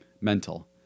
mental